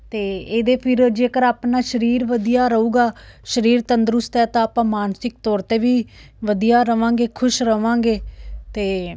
ਅਤੇ ਇਹਦੇ ਫਿਰ ਜੇਕਰ ਆਪਣਾ ਸਰੀਰ ਵਧੀਆ ਰਹੇਗਾ ਸਰੀਰ ਤੰਦਰੁਸਤ ਹੈ ਤਾਂ ਆਪਾਂ ਮਾਨਸਿਕ ਤੌਰ 'ਤੇ ਵੀ ਵਧੀਆ ਰਹਾਂਗੇ ਖੁਸ਼ ਰਹਾਂਗੇ ਅਤੇ